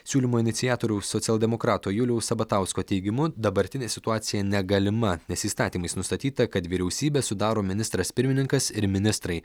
siūlymo iniciatoriaus socialdemokrato juliaus sabatausko teigimu dabartinė situacija negalima nes įstatymais nustatyta kad vyriausybę sudaro ministras pirmininkas ir ministrai